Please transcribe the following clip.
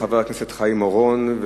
חבר הכנסת חיים אורון,